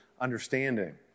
understanding